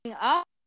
up